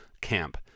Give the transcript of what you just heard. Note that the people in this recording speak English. camp